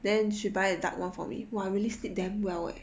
then she buy a dark one for me what really stood them well